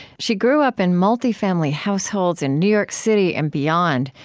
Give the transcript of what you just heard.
she grew up in multi-family households in new york city and beyond.